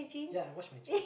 yeah I wash my jeans